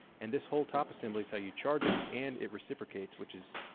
and this whole top assembly's how you charge it, and it reciprocates which is,